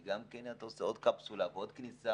כי גם כן אתה עושה עוד קפסולה ועוד כניסה,